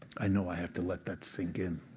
i know i have to let that sink in.